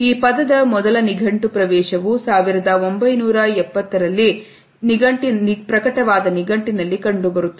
ಈ ಪದದ ಮೊದಲ ನಿಘಂಟು ಪ್ರವೇಶವು 1980 ನಂಬರ್ ನಿಘಂಟಿನಲ್ಲಿ ಕಂಡುಬರುತ್ತದೆ